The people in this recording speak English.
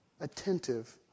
attentive